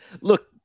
Look